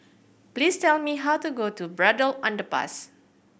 please tell me how to go to Braddell Underpass